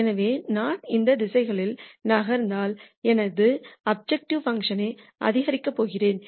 எனவே நான் இந்த திசைகளில் நகர்ந்தால் எனது அப்ஜெக்டிவ் ஃபங்ஷன் ஐ அதிகரிக்கப் போகிறேன்